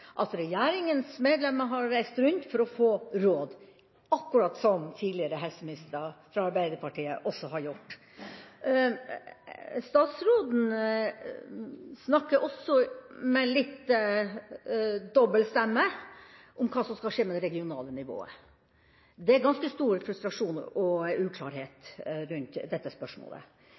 at regjeringens medlemmer har reist rundt for å få råd, akkurat sånn som tidligere helseministre fra Arbeiderpartiet har gjort. Statsråden snakker også med litt dobbeltstemme om hva som skal skje med det regionale nivået. Det er ganske stor frustrasjon og uklarhet rundt dette spørsmålet,